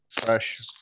fresh